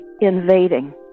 invading